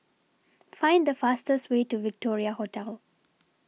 Find The fastest Way to Victoria Hotel